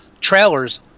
trailers